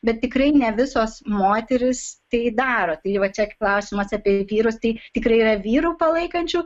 bet tikrai ne visos moterys tai daro tai va čia klausimas apie vyrus tai tikrai yra vyrų palaikančių